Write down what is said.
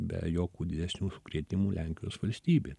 be jokių didesnių sukrėtimų lenkijos valstybė